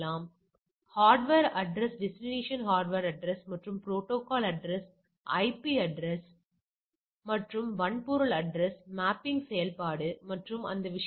எனவே A மரபணுவின் 2 ஹெடிரோசைகோட்களுக்கு இடையில் நடந்த ஒரு பண்பு கலப்பின் முடிவுகள் எனவே நாம் அவற்றை காண்கிறோம்